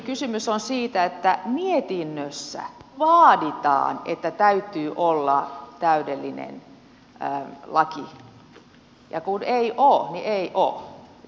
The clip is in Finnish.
kysymys on siitä että mietinnössä vaaditaan että täytyy olla täydellinen laki ja kun ei ole niin ei ole